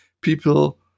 people